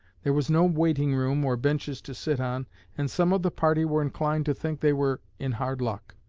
there was no waiting-room or benches to sit on and some of the party were inclined to think they were in hard luck.